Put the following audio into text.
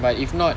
but if not